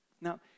Now